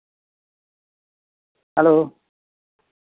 hello